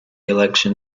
election